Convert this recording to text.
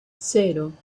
cero